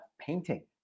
painting